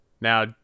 now